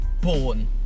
born